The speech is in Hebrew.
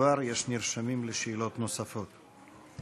כבר יש נרשמים לשאלות נוספות.